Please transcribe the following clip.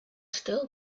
still